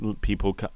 people